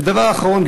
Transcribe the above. ודבר אחרון,